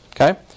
Okay